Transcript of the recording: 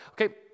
Okay